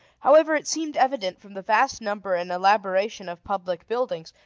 however, it seemed evident from the vast number and elaboration of public buildings,